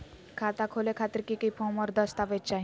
खाता खोले खातिर की की फॉर्म और दस्तावेज चाही?